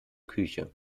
küche